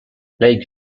lake